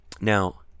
Now